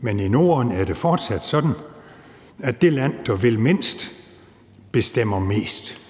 men i Norden er det fortsat sådan, at det land, der vil mindst, bestemmer mest.